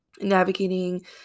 navigating